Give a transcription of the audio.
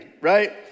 right